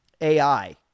AI